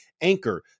Anchor